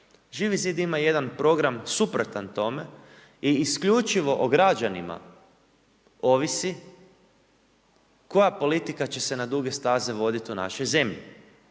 Živi zid ima jedan program suprotan tome i isključivo o građanima ovisi koja politika će se na duge staze voditi u našoj zemlji.